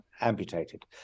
amputated